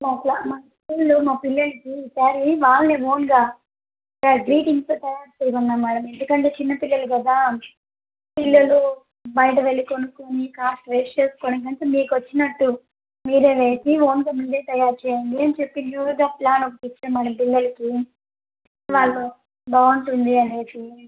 మా మా స్కూల్లో మా పిల్లలకి ఈసారి వాళ్ళే ఓన్గా గ్రీటింగ్స్ తయారు చేయమన్నాం మేడం ఎందుకంటే చిన్నపిల్లలు కదా పిల్లలు బయట వెళ్ళ కొనుక్కొని కాస్ట్ వేస్ట్ చేసుకోవడం కంటే మీకు వచ్చినట్టు మీరే వేసి ఓన్గా మీరే తయారు చేయండి అని చెప్పి న్యూగా ప్లాన్ ఒకటి ఇచ్చాము మేడం పిల్లలకి వాళ్ళు బాగుంటుంది అని